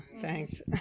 Thanks